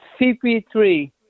CP3